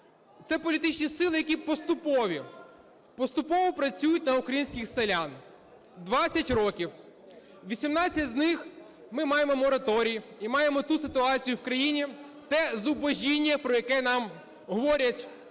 Це політичні сили, які поступові, поступово працюють на українських селян 20 років. 18 з них ми маємо мораторій і маємо ту ситуацію в країні, те зубожіння, про яке нам говорять